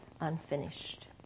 unfinished